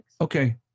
Okay